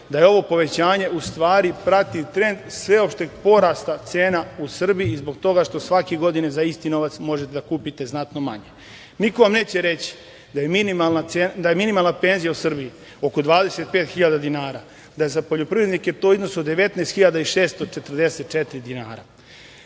da ovo povećanje prati trend sveopšteg porasta cena u Srbiji zbog toga što svake godine za isti novac možete da kupite znatno manje. Niko vam neće reći da je minimalna penzija u Srbiji oko 25.000 dinara, da je za poljoprivrednike u iznosu od 19.644 dinara.